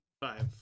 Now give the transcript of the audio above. five